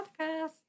podcast